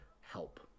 help